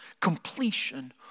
completion